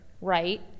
right